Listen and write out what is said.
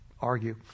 argue